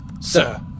Sir